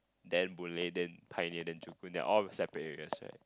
then Boon-Lay then Pioneer then Joo-Koon they are all separate areas right